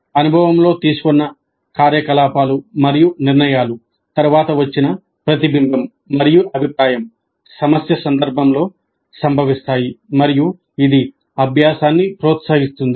అనుభవంలో తీసుకున్న కార్యకలాపాలు మరియు నిర్ణయాలు తరువాత వచ్చిన ప్రతిబింబం మరియు అభిప్రాయం సమస్య సందర్భంలో సంభవిస్తాయి మరియు ఇది అభ్యాసాన్ని ప్రోత్సహిస్తుంది